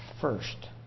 first